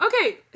Okay